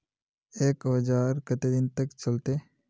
एक औजार केते दिन तक चलते?